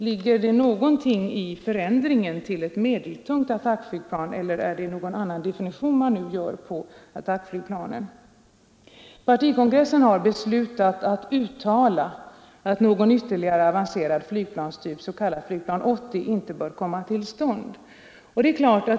Ligger det någonting i förändringen till ett medeltungt attackflygplan eller är det någon annan definition man nu vill ha på Partikongressen har beslutat att uttala att någon ytterligare avancerad flygplanstyp, s.k. flygplan 80, inte skall komma till stånd.